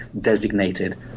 designated